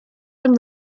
and